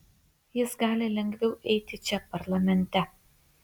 jis gali lengviau eiti čia parlamente